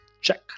check